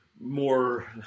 more